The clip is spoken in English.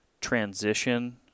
transition